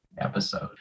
episode